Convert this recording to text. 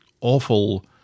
awful